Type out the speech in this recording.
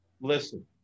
listen